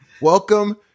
Welcome